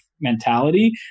mentality